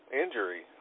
injury